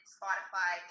Spotify